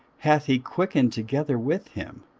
hath he quickened together with him,